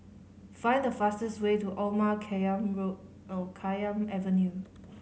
find the fastest way to Omar Khayyam Avenue